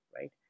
right